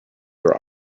your